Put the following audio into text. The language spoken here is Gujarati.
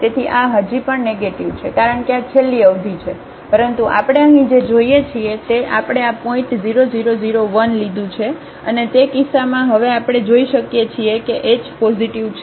તેથી આ હજી પણ નેગેટીવ છે કારણ કે આ છેલ્લી અવધિ છે પરંતુ આપણે અહીં જે જોઈએ છીએ તે આપણે આ પોઇન્ટ 0001 લીધું છે અને તે કિસ્સામાં હવે આપણે જોઈ શકીએ છીએ કે h પોઝિટિવ છે